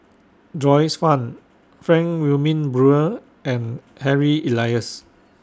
Joyce fan Frank Wilmin Brewer and Harry Elias